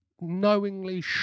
knowingly